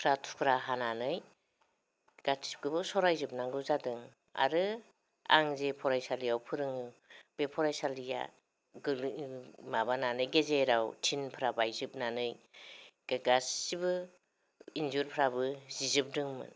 थुख्रा थुख्रा हानानै गासैखौबो सरायजोबनांगौ जादों आरो आं जे फरायसालिआव फोरोङो बे फरायसालिआ गोलै माबानानै गेजेराव थिनफोरा बायजोबनानै गासैबो इन्जुरफ्राबो जिजोबदोंमोन